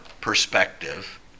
perspective